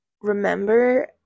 remember